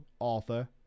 Arthur